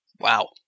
Wow